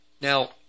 Now